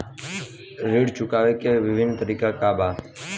ऋण चुकावे के विभिन्न तरीका का बा?